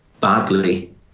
badly